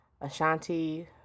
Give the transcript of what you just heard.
Ashanti